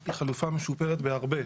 היא חלופה משופרת בהרבה.